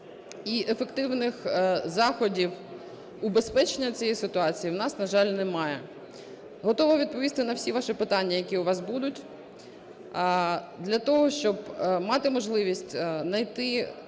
і ефективних заходів убезпечення цієї ситуації в нас, на жаль, немає. Готова відповісти на всі ваші питання, які у вас будуть, для того, щоб мати можливість найти